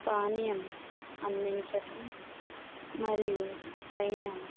పాణ్యం అందించడం మరియు పైన